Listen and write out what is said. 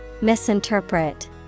Misinterpret